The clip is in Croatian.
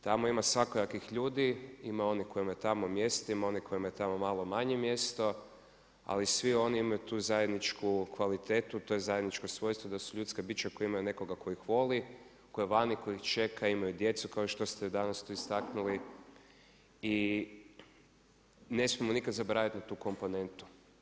Tamo ima svakojakih ljudi, ima onih kojima je tamo mjesto, ima kojima je tamo malo mjesto, ali svi oni imaju tu zajedničku kvalitetu, tj. zajedničko svojstvo da su ljudska bića koja imaju nekoga tko ih voli, koja vani tko ih čeka, imaju djecu kao što ste danas to istaknuli, i ne smijemo nikad zaboravit i na tu komponentu.